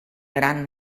gran